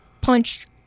punched